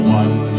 one